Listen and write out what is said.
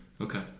Okay